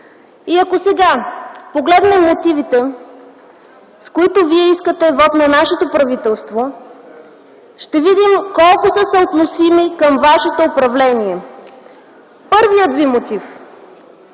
И ако сега погледнем мотивите, с които вие искате вот на нашето правителство, ще видим колко са съотносими към вашето управление. Първият ви мотив